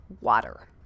Water